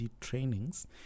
trainings